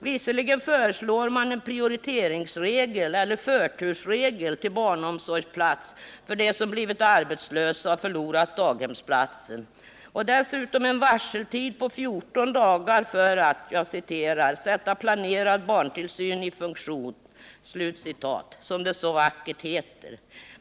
Visserligen föreslår man en prioriteringsregel, som ger förtur till barnomsorgsplats för dem som blivit arbetslösa och förlorat daghemsplatsen, och dessutom en varseltid på 14 dagar för att ”sätta planerad barntillsyn i funktion”, som det så vackert heter.